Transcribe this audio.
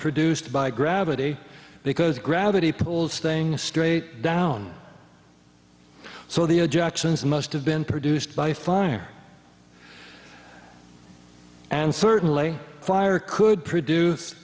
produced by gravity because gravity pulls things straight down so the objections must have been produced by fire and certainly fire could produce